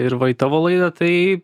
ir va į tavo laidą tai